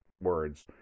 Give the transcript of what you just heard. words